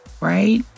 Right